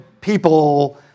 people